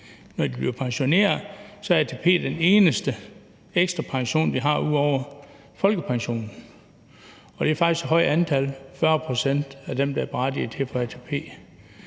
når de bliver pensioneret, den eneste ekstra pension, de har, ud over folkepensionen. Og det er faktisk et højt antal: 40 pct. af dem, der er berettiget til at få ATP.